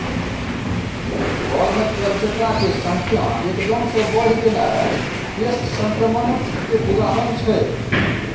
घर मे तेलचट्टा केर संख्या एकदम सँ बढ़ि गेनाइ पेस्ट संक्रमण केर उदाहरण छै